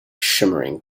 shimmering